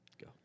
Go